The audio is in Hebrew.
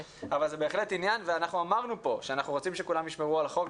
בהחלט זה עניין ואנחנו אמרנו כאן שאנחנו רוצים שכולם ישמרו על החוק.